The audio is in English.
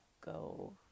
go